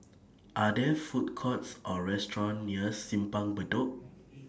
Are There Food Courts Or restaurants near Simpang Bedok